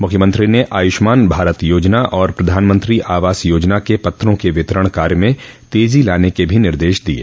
मूख्यमंत्री ने आयूष्मान भारत योजना और प्रधानमंत्री आवास योजना के पत्रों के वितरण कार्य में तेजी लाने के भी निर्देश दिये